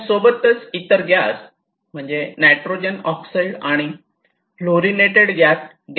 त्यासोबतच इतर गॅस म्हणजे नायट्रोजन ऑक्साईड आणि फ्लोरिनेटेड गॅस असतात